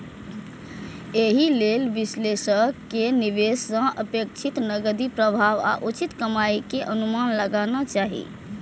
एहि लेल विश्लेषक कें निवेश सं अपेक्षित नकदी प्रवाह आ उचित कमाइ के अनुमान लगाना चाही